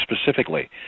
specifically